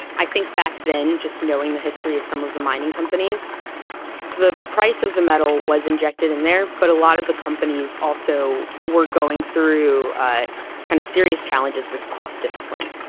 i think back then just knowing the history of some of the mining companies the price of the metal was injected in there. but a lot of the companies also were going through kind of serious challenges with cost discipline.